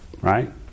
Right